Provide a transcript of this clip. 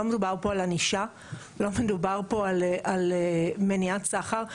לא מדובר פה על ענישה, לא מדובר פה על מניעת סחר.